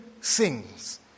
sings